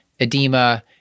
edema